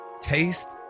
taste